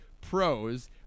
pros